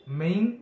main